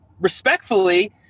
Respectfully